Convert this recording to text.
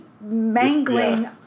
mangling